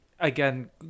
Again